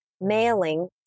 mailing